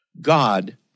God